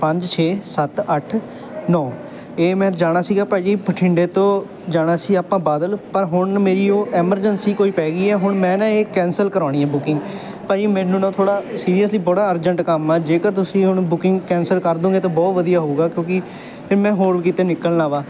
ਪੰਜ ਛੇ ਸੱਤ ਅੱਠ ਨੌਂ ਇਹ ਮੈਂ ਜਾਣਾ ਸੀਗਾ ਭਾਅ ਜੀ ਬਠਿੰਡੇ ਤੋਂ ਜਾਣਾ ਸੀ ਆਪਾਂ ਬਾਦਲ ਪਰ ਹੁਣ ਮੇਰੀ ਉਹ ਐਮਰਜੈਂਸੀ ਕੋਈ ਪੈ ਗਈ ਹੈ ਹੁਣ ਮੈਂ ਨਾ ਇਹ ਕੈਂਸਲ ਕਰਵਾਉਣੀ ਹੈ ਬੁਕਿੰਗ ਭਾਅ ਜੀ ਮੈਨੂੰ ਨਾ ਥੋੜ੍ਹਾ ਸੀਰੀਅਸਲੀ ਬੜਾ ਅਰਜੈਂਟ ਕੰਮ ਆ ਜੇਕਰ ਤੁਸੀਂ ਹੁਣ ਬੁਕਿੰਗ ਕੈਂਸਲ ਕਰ ਦੋਗੇ ਤਾਂ ਬਹੁਤ ਵਧੀਆ ਹੋਊਗਾ ਕਿਉਂਕਿ ਫਿਰ ਮੈਂ ਹੋਰ ਕਿਤੇ ਨਿਕਲਣਾ ਵਾ